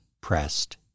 pressed